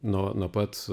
nuo nuo pat